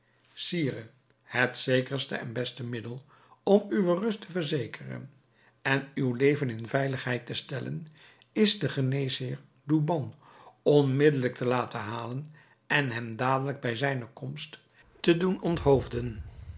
sire het zekerste en beste middel om uwe rust te verzekeren en uw leven in veiligheid te stellen is de geneesheer douban onmiddelijk te laten halen en hem dadelijk bij zijne komst te doen onthoofden